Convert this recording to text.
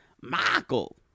Michael